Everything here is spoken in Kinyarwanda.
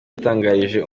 yatangarije